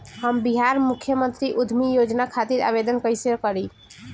हम बिहार मुख्यमंत्री उद्यमी योजना खातिर आवेदन कईसे करी?